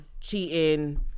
cheating